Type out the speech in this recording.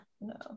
no